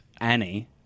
Annie